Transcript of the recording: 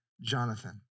Jonathan